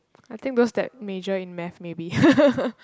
I think because that major in Math maybe